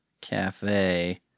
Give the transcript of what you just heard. cafe